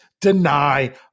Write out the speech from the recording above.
deny